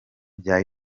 bya